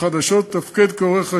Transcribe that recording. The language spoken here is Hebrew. החדשות יתפקד כעורך ראשי.